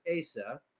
Asa